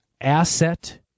asset